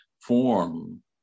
form